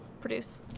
produce